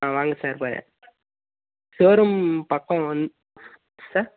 ஆ வாங்க சார் ப ஷோரூம் பக்கம் வந் சார்